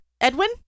Edwin